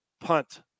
Punt